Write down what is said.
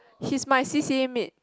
he's my c_c_a mate